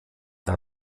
der